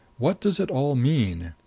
what does it all mean?